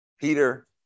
peter